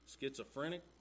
schizophrenic